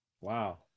Wow